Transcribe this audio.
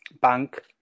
bank